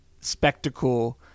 spectacle